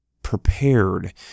prepared